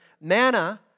Manna